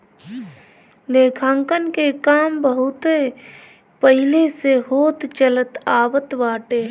लेखांकन के काम बहुते पहिले से होत चलत आवत बाटे